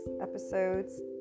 Episodes